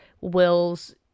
Will's